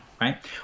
right